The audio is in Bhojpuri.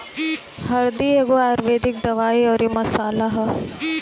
हरदी एगो आयुर्वेदिक दवाई अउरी मसाला हअ